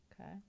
Okay